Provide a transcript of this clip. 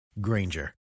Granger